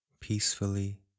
peacefully